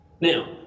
Now